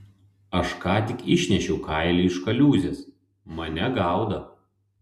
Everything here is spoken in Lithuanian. aš ką tik išnešiau kailį iš kaliūzės mane gaudo